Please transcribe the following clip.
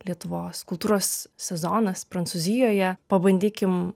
lietuvos kultūros sezonas prancūzijoje pabandykim